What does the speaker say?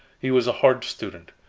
he was a hard student.